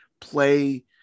play